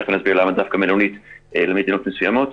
תכף אני אסביר למה דווקא מלונית למדינות מסוימות,